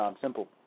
simple